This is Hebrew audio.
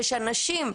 כדי שאנשים,